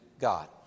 God